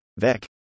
vec